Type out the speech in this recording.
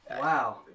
wow